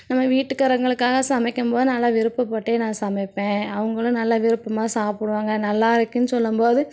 நம்ம வீட்டுக்காரங்களுக்காக சமைக்கும் போது நானெலாம் விருப்பப்பட்டு நான் சமைப்பேன் அவங்களும் நல்ல விருப்பமாக சாப்பிடுவாங்க நல்லா இருக்குதுனு சொல்லும் போது